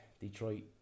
Detroit